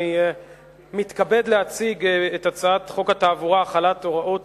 אני מתכבד להציג את הצעת חוק התעבורה (החלת הוראות